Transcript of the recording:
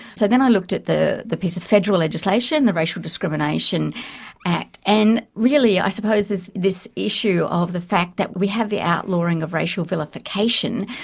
so then i looked at the the piece of federal legislation, the racial discrimination act, and really i suppose it's this issue of the fact that we have the outlawing of racial vilification,